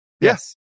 Yes